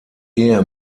ehe